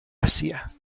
asia